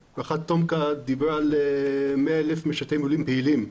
-- -דיברה על 100,000 משרתי מילואים פעילים.